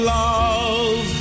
love